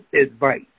advice